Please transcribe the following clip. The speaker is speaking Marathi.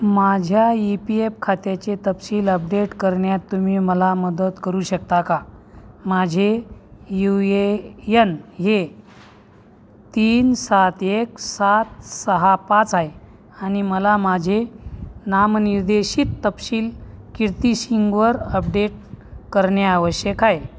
माझ्या ई पी एफ खात्याचे तपशील अपडेट करण्यात तुम्ही मला मदत करू शकता का माझे यू ए एन हे तीन सात एक सात सहा पाच आहे आणि मला माझे नामनिर्देशित तपशील कीर्ती सिंगवर अपडेट करणे आवश्यक आहे